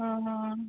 हँ हँ